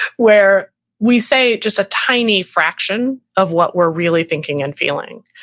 where we say just a tiny fraction of what we're really thinking and feeling.